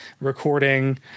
recording